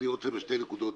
אני רוצה לגעת בשתי נקודות.